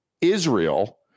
Israel